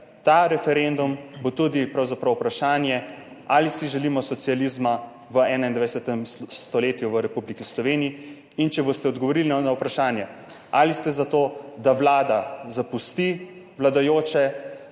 ta referendum bo tudi pravzaprav vprašanje ali si želimo socializma v 21. stoletju v Republiki Sloveniji. In če boste odgovorili na vprašanje ali ste za to, da Vlada zapusti vladajoče